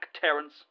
Terence